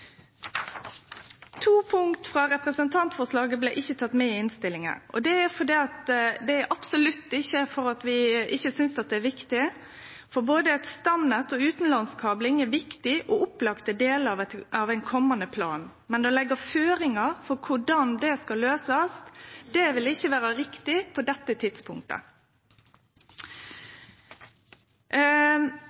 To punkt frå representantforslaget blei ikkje tekne med i innstillinga. Det er absolutt ikkje fordi vi ikkje synest dei er viktige, for både eit stamnett og utanlandskabling er viktige og opplagte delar av ein kommande plan. Men å leggje føringar for korleis det skal løysast, vil ikkje vere riktig på dette tidspunktet.